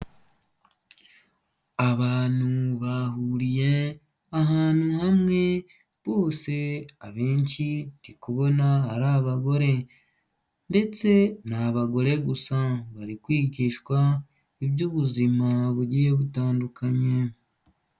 Abantu bahuriye ahantu hamwe, bose abenshi ndi kubona ari abagore, ndetse ni abagore gusa. Bari kwigishwa iby'ubuzima bugiye butandukanye.